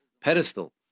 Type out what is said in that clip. pedestal